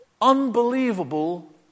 Unbelievable